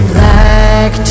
Black